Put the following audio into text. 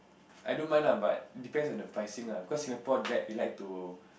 I don't mind ah but depends on the pricing lah cause Singapore they like to